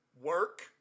work